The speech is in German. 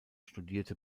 studierte